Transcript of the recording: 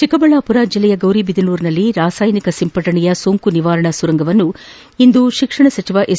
ಚಿಕ್ಕಬಳ್ಳಾಪುರ ಜಿಲ್ಲೆಯ ಗೌರಿಬಿದನೂರಿನಲ್ಲಿ ರಾಸಾಯನಿಕ ಸಿಂಪಡಣೆಯ ಸೋಂಕು ನಿವಾರಣಾ ಸುರಂಗವನ್ನು ಇಂದು ಶಿಕ್ಷಣ ಸಚಿವ ಎಸ್